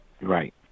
Right